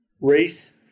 race